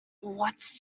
what’s